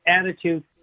attitude